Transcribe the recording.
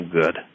good